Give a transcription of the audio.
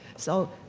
so,